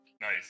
nice